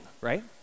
right